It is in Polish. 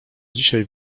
dzisiaj